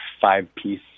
five-piece